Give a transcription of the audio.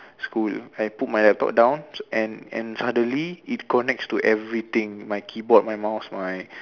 school I put my laptop down and and suddenly it connects to everything my keyboard my mouse my